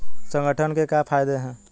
संगठन के क्या फायदें हैं?